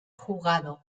jugado